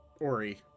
Ori